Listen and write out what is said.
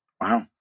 Wow